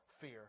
fear